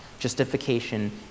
Justification